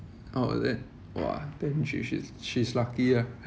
oh is it !wah! then she should she is lucky lah